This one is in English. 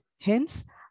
Hence